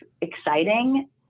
exciting